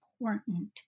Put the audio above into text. important